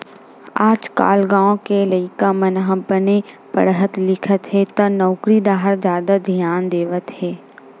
आजकाल गाँव के लइका मन ह बने पड़हत लिखत हे त नउकरी डाहर जादा धियान देवत हवय